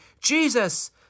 Jesus